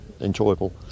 enjoyable